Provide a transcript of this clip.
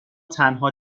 تنها